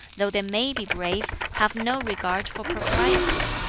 though they may be brave, have no regard for propriety.